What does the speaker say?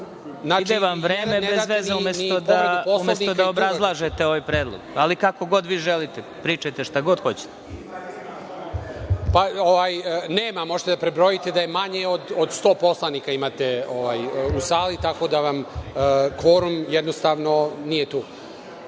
Ide vam vreme bezveze, umesto da obrazlažete ovaj predlog, ali kako god vi želite, pričajte šta god hoćete. **Saša Radulović** Pa, nema, možete da prebrojite da manje od 100 poslanika imate u sali, tako da vam kvorum jednostavno nije